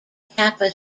kappa